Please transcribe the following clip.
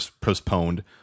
postponed